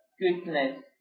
goodness